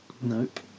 Nope